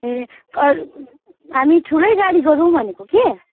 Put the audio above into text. ए कर हामी ठुलै गाडी गरौँ भनेको कि